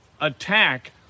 attack